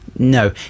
No